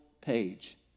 page